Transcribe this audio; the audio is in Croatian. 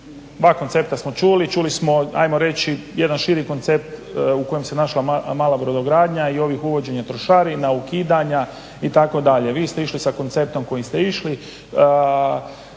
dva koncepta, čuli smo ajmo reći jedan širi koncept u kojem se našla mala brodogradnja i ovih uvođenja trošarina, ukidanja itd. vi ste išli sa konceptom kojim ste išli,